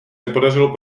nepodařilo